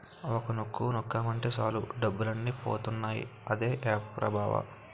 ఒక్క నొక్కు నొక్కేమటే సాలు డబ్బులన్నీ పోతాయన్నావ్ అదే ఆప్ రా బావా?